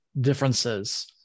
differences